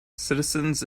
citizens